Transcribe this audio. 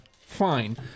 fine